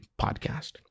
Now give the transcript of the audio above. Podcast